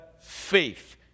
faith